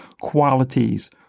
qualities